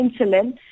insulin